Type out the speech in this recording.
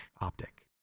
Optic